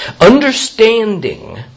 Understanding